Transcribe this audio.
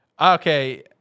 okay